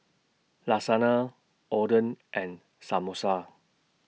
Lasagna Oden and Samosa